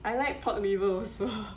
I like pork liver also